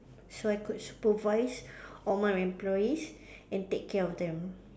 so I could supervise all my employees and take care of them